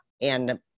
And-